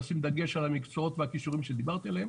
לשים דגש על המקצועות והכישורים שדיברתי עליהם.